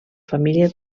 família